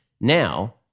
Now